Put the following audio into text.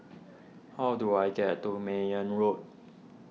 how do I get to Mayne Road